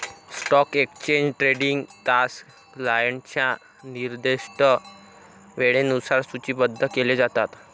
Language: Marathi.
स्टॉक एक्सचेंज ट्रेडिंग तास क्लायंटच्या निर्दिष्ट वेळेनुसार सूचीबद्ध केले जातात